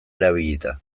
erabilita